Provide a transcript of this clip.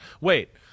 wait